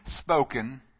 spoken